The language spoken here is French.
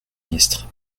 ministre